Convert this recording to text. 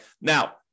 Now